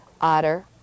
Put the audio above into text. Otter